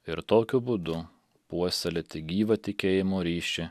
ir tokiu būdu puoselėti gyvą tikėjimo ryšį